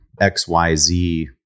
XYZ